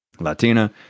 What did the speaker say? Latina